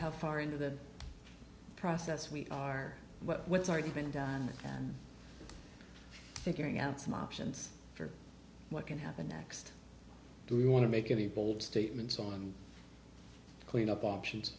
how far into the process we are what's already been done and figuring out some options for what can happen next do we want to make a bold statements on cleanup options